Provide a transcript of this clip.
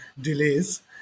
delays